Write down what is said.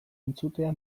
entzutea